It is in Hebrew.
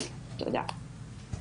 תודה.